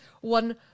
one